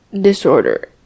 disorder